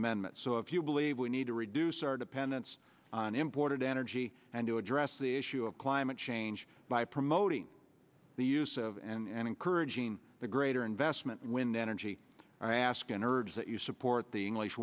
amendment so if you believe we need to reduce our dependence on imported energy and to address the issue of climate change by promoting the use of and encouraging the greater investment in wind energy i ask and urge that you support the english